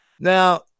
now